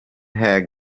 hög